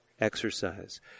exercise